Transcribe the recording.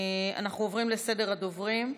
אנחנו עוברים לסדר הדוברים.